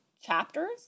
chapters